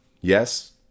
Yes